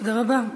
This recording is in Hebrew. תודה רבה.